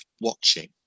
watching